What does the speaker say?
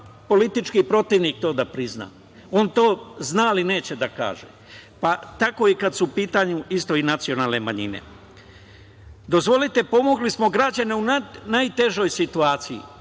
politički protivnik to da prizna, on to zna ali neće da kaže, pa tako i kad su u pitanju isto i nacionalne manjine. JDozvolite, pomogli smo građane u najtežoj situaciji